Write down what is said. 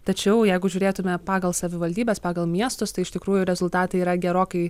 tačiau jeigu žiūrėtume pagal savivaldybes pagal miestus tai iš tikrųjų rezultatai yra gerokai